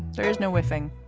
there is no winning